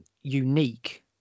unique